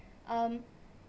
um